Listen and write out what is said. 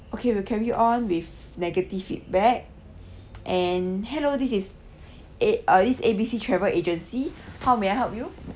okay we'll carry on with negative feedback and hello this is A uh is A B C travel agency how may I help you